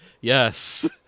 Yes